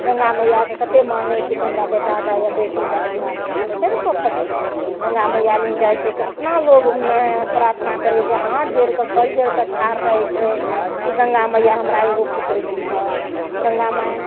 गंगा मैयाके कतेक मांगै छै कि हमरा बेटा दऽ या बेटी दऽ गंगा मैया कहै छै ने पोखरि तलाब गंगा मइया लङ्ग जाइ छै कतना लोग प्रार्थना करै छै हाथ जोरि कऽ कल जोरि कऽ ठार रहै छै कि गंगा मैया हमरा एगो पुत्र दिहऽ गंगा माइ